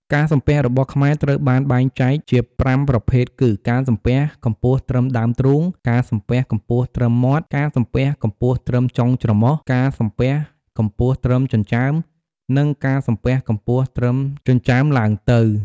ការសំពះរបស់ខ្មែរត្រូវបានបែងចែកជាប្រាំប្រភេទគឺ ការសំពះកម្ពស់ត្រឹមដើមទ្រូង ការសំពះកម្ពស់ត្រឹមមាត់ ការសំពះកម្ពស់ត្រឹមចុងច្រមុះ ការសំពះកម្ពស់ត្រឹមចិញ្ចើម និងការសំពះកម្ពស់ត្រឹមចិញ្ចើមឡើងទៅ។